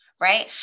Right